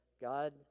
God